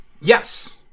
yes